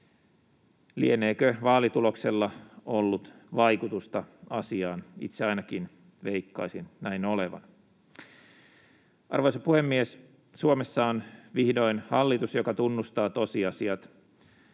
Lieneekö vaalituloksella ollut vaikutusta asiaan? Itse ainakin veikkaisin näin olevan. Arvoisa puhemies! Suomessa on vihdoin hallitus, joka tunnustaa tosiasiat